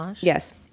Yes